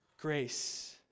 grace